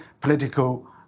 political